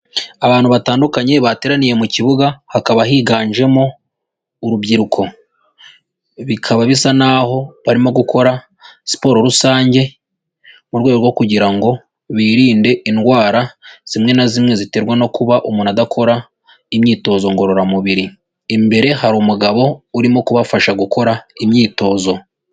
Abantu batandukanye bateraniye mu kibuga hakaba higanjemo urubyiruko, bikaba bisa n'aho barimo gukora siporo rusange mu rwego rwo kugira ngo birinde indwara zimwe na zimwe ziterwa no kuba umuntu adakora imyitozo ngororamubiri, imbere hari umugabo urimo kubafasha gukora imyitozo.